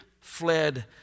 fled